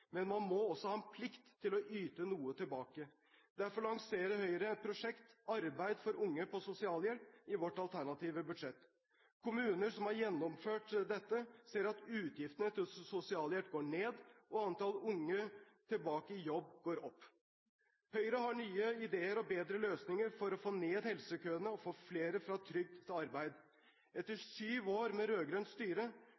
men man må også ha en plikt til å yte noe tilbake. Derfor lanserer Høyre et prosjekt – arbeid for unge på sosialhjelp – i sitt alternative budsjett. Kommuner som har gjennomført dette, ser at utgiftene til sosialhjelp går ned, og at antall unge som er tilbake i jobb, går opp. Høyre har nye ideer og bedre løsninger for å få ned helsekøene og få flere fra trygd til arbeid. Etter